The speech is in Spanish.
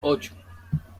ocho